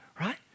right